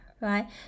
Right